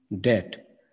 debt